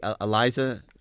Eliza